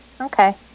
Okay